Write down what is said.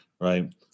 right